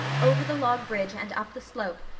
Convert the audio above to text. over the log bridge, and up the slope,